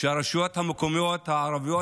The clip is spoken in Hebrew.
שהרשויות המקומיות הערביות,